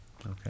Okay